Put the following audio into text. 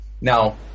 Now